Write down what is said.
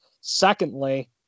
Secondly